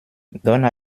donne